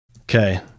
Okay